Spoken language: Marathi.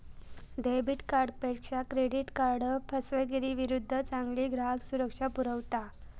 डेबिट कार्डपेक्षा क्रेडिट कार्ड फसवेगिरीविरुद्ध चांगली ग्राहक सुरक्षा पुरवता